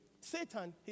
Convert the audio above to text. Satan